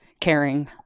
caring